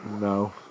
no